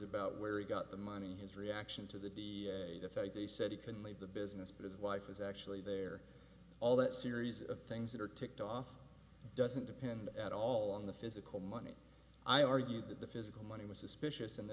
about where he got the money his reaction to the d if they said he couldn't leave the business but his wife was actually there all that series of things that are ticked off doesn't depend at all on the physical money i argued that the physical money was suspicious in the